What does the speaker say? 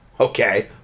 Okay